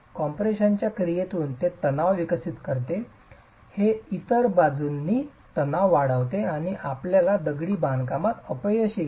कम्प्रेशनच्या क्रियेतून ते तणाव विकसित करते हे इतर बाजूंनी तणाव वाढविते आणि आपल्याला दगडी बांधकामात अपयश येईल